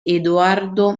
edoardo